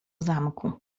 zamku